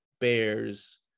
Bears